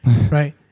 Right